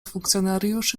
funkcjonariuszy